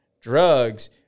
drugs